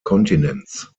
kontinents